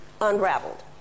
unraveled